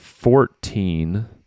Fourteen